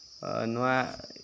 ᱱᱚᱣᱟ